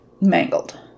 Mangled